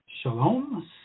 Shalom